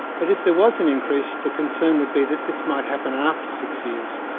but if there was an increase, the concern would be that this might happen after six years.